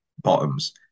Bottoms